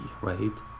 right